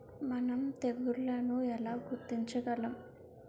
మనం తెగుళ్లను ఎలా గుర్తించగలం?